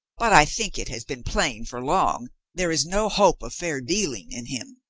but i think it has been plain for long there is no hope of fair dealing in him.